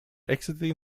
exiting